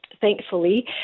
thankfully